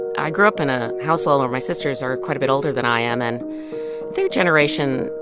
i grew up in a household where my sisters are quite a bit older than i am. and their generation,